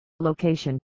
Location